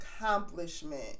accomplishment